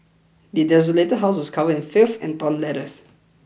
the desolated house was covered in filth and torn letters